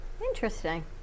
Interesting